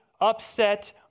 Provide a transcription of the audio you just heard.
upset